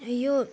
यो